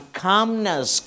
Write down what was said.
calmness